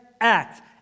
act